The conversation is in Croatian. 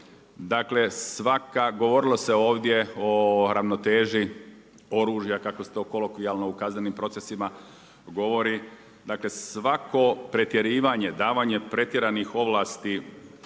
Dakle, svaka, govorilo se ovdje o ravnoteži oružja kako se to to kolokvijalno u kaznenim procesima govori, dakle svako pretjerivanje, davanje pretjeranih ovlasti